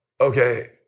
Okay